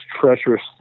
treacherous